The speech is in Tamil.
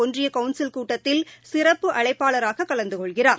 ஒன்றிய கவுன்சில் கூட்டத்தில் சிறப்பு அழைப்பாளராக கலந்துகொள்கிறார்